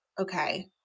okay